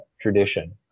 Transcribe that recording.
tradition